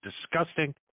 disgusting